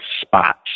spots